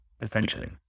essentially